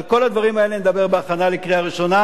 על כל הדברים האלה נדבר בהכנה לקריאה ראשונה,